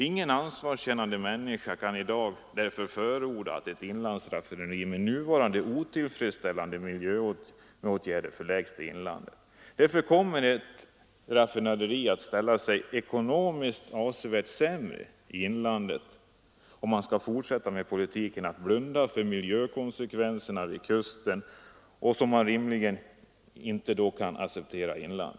Ingen ansvarskännande människa kan i dag förorda att ett raffinaderi med nuvarande otillfredsställande miljöåtgärder förläggs till inlandet. Därför kommer ett raffinaderi att ekonomiskt ställa sig avsevärt sämre i inlandet än vid kusten, om man skall fortsätta med politiken att blunda för miljökonsekvenserna vid kusten. De konsekvenserna kan man rimligtvis inte acceptera i inlandet.